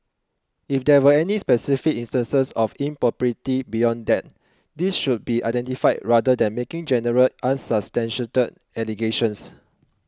if there were any specific instances of impropriety beyond that these should be identified rather than making general unsubstantiated allegations